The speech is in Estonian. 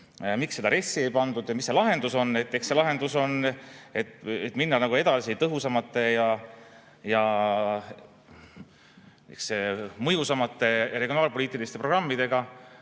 Miks seda RES-i ei pandud ja mis see lahendus on? Eks lahendus on minna edasi tõhusamate ja mõjusamate regionaalpoliitiliste programmidega,